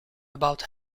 about